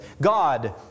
God